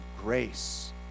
grace